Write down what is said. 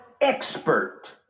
expert